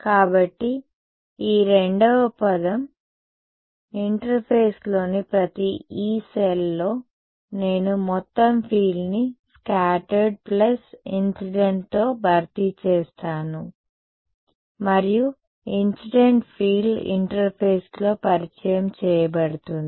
కాబట్టి ఈ రెండవ పదం కాబట్టి ఇంటర్ఫేస్లోని ప్రతి యీ సెల్లో నేను మొత్తం ఫీల్డ్ని స్కాటర్డ్ ప్లస్ ఇన్సిడెంట్తో భర్తీ చేస్తాను మరియు ఇన్సిడెంట్ ఫీల్డ్ ఇంటర్ఫేస్లో పరిచయం చేయబడుతుంది